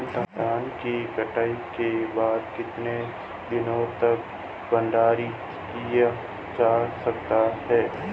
धान की कटाई के बाद कितने दिनों तक भंडारित किया जा सकता है?